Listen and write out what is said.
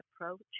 approach